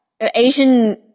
Asian